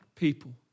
people